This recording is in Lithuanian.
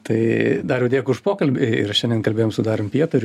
tai dariau dėkui už pokalbį ir šiandien kalbėjom su darium pietariu